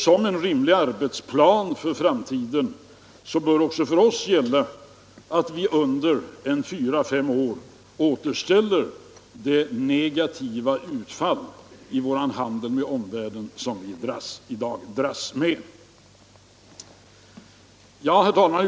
Som en rimlig arbetsplan för framtiden bör också för oss gälla att vi under 4-5 år återställer det negativa utfall i vår handel med omvärlden som vi i dag dras med. Herr talman!